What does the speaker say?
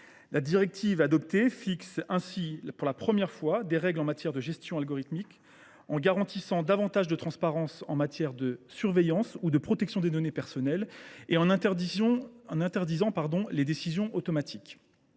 La directive adoptée fixe ainsi pour la première fois des règles de gestion algorithmique, en garantissant davantage de transparence en matière de surveillance ou de protection des données personnelles et en interdisant les décisions automatiques.